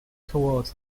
toward